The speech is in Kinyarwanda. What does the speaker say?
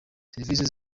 serivisi